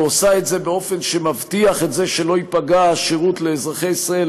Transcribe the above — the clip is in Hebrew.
ועושה את זה באופן שמבטיח את זה שלא ייפגע השירות לאזרחי ישראל,